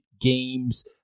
games